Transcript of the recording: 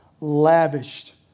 lavished